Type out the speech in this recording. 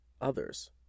Others